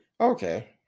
Okay